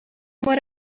would